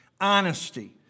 honesty